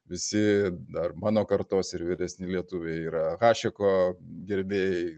visi dar mano kartos ir vyresni lietuviai yra hašeko gerbėjai